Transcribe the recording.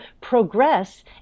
progress